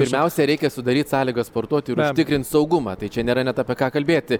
pirmiausia reikia sudaryt sąlygas sportuoti ir užtikrint saugumą tai čia nėra net apie ką kalbėti